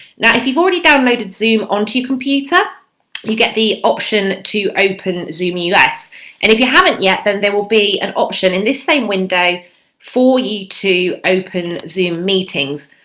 now if you've already downloaded zoom onto your computer you get the option to open zoom us and if you haven't yet then there will be an option in this same window for you to open zoom meetings.